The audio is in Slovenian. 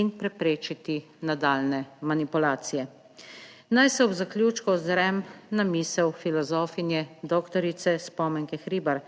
in preprečiti nadaljnje manipulacije. Naj se ob zaključku ozrem na misel filozofinje doktorice Spomenke Hribar,